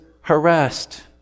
harassed